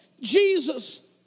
Jesus